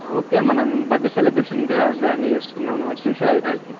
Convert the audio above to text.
okay మనం birthday celebration ఇంకా గ్రాండ్గా చేసుకుందాము నువ్వు వచ్చేసేయి హైదరాబాద్కి